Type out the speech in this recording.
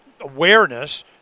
awareness